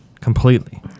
Completely